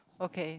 okay